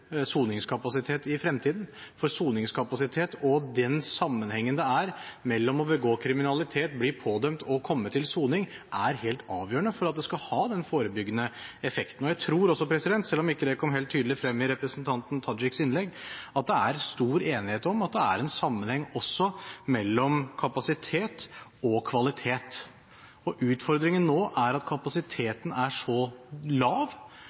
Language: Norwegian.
soningskapasitet i fremtiden. Soningskapasitet og den sammenhengen det er mellom å begå kriminalitet, bli pådømt og komme til soning, er helt avgjørende for at det skal ha en forebyggende effekt. Jeg tror også, selv om det ikke kom helt tydelig frem i representanten Tajiks innlegg, at det er stor enighet om at det er en sammenheng også mellom kapasitet og kvalitet. Utfordringen nå er at kapasiteten er så lav